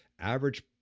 Average